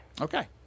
Okay